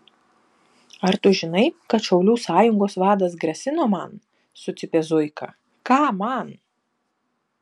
ar tu žinai kad šaulių sąjungos vadas grasino man sucypė zuika ką man